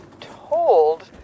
told